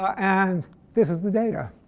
and this is the data.